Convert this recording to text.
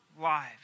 lives